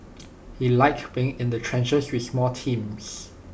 he liked being in the trenches with small teams